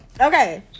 Okay